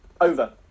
Over